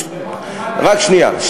ומה עם, רק שנייה.